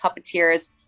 puppeteers